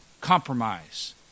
compromise